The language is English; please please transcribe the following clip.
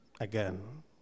again